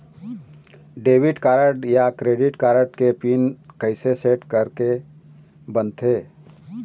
Debit card या credit card के pin कइसे सेट करे के बनते?